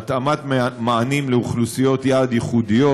התאמת מענה לאוכלוסיות יעד ייחודיות,